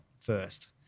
first